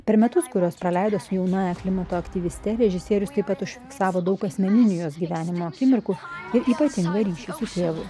per metus kuriuos praleido su jaunąja klimato aktyviste režisierius taip pat užfiksavo daug asmeninio jos gyvenimo akimirkų ir yptaingą ryšį su tėvu